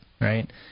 right